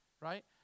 right